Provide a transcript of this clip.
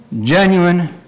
genuine